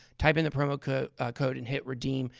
type in the promo code code and hit redeem,